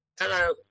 Hello